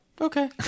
Okay